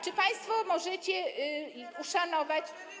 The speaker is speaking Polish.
Czy państwo możecie uszanować?